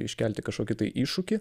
iškelti kažkokį tai iššūkį